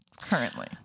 currently